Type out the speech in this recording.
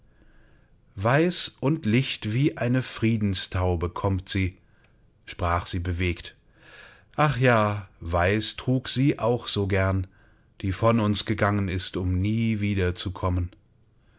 weiß und licht wie eine friedenstaube kommt sie sprach sie bewegt ach ja weiß trug sie auch so gern die von uns gegangen ist um nie wieder zu